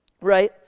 right